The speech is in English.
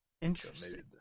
Interesting